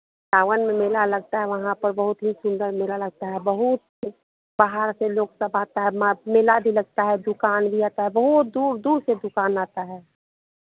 सावन में मेला लगता है वहाँ पे बहुत ही सुंदर मेला लगता है बहुत बाहर से लोग सब आता है मेला भी लगता है दुकान भी आता है बहुत दूर दूर से दुकान आता है